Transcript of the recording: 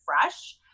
fresh